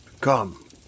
Come